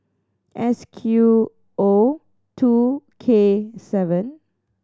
S Q O two K seven